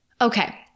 okay